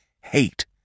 hate